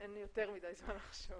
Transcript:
אין יותר מדי זמן לחשוב